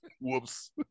Whoops